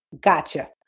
Gotcha